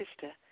sister